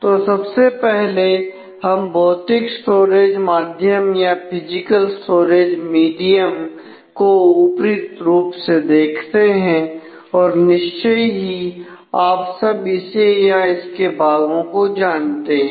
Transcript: तो सबसे पहले हम भौतिक स्टोरेज माध्यम या फिजिकल स्टोरेज मीडियम को ऊपरी रूप से देखते हैं और निश्चय ही आप सब इसे या इसके भागों को जानते हैं